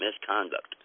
misconduct